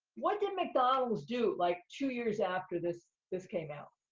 what did mcdonald's do like, two years after this this came out?